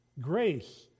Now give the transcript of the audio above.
Grace